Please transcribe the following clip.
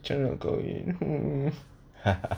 macam mana nak hmm